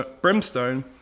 brimstone